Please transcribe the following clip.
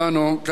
קדימה,